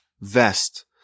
vest